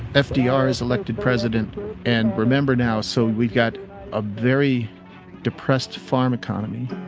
ah fdr is elected president and remember now so we've got a very depressed farm economy,